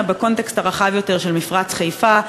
בקונטקסט הרחב יותר של מפרץ חיפה,